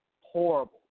horrible